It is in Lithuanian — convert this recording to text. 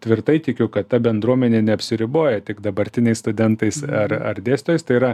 tvirtai tikiu kad ta bendruomenė neapsiriboja tik dabartiniais studentais ar ar dėstytojais tai yra